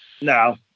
No